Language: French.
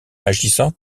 agissant